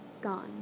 gone